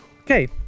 Okay